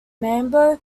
mambo